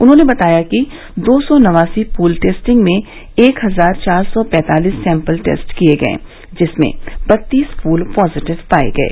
उन्होंने बताया कि दो सौ नवासी पूल टेस्टिंग में एक हजार चार सौ पैंतालीस सैम्पल टेस्ट किये गये जिसमें बत्तीस पूल पॉजीटिव पाये गये